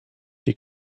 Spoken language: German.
die